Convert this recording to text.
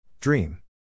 Dream